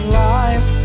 life